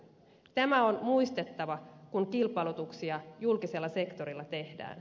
tämä on muistettava kun kilpailutuksia julkisella sektorilla tehdään